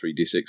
3d6